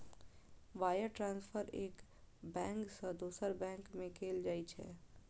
wire transfer एक bank सं दोसर बैंक में कैल जाइ छै